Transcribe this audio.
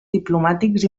diplomàtics